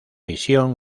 visión